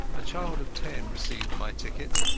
a child of ten received my ticket,